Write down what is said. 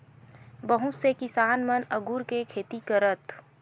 बहुत से किसान मन अगुर के खेती करथ